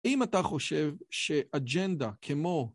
אם אתה חושב שאג'נדה כמו...